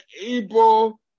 able